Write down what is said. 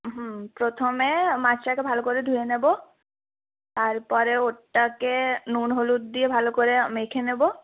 হুম প্রথমে মাছটাকে ভালো করে ধুয়ে নেব তার পরে ওটাকে নুন হলুদ দিয়ে ভালো করে মেখে নেব